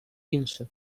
інше